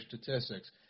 statistics